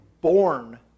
born